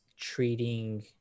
treating